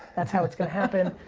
that's how it's gonna happen.